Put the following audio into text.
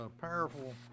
powerful